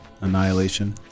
Annihilation